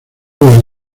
los